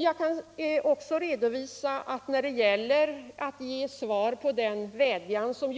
Jag kan också redovisa att när det gällde att ge svar på den vädjan om